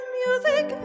music